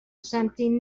something